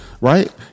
Right